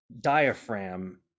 diaphragm